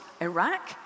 Iraq